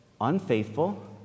unfaithful